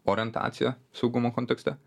orientacija saugumo kontekste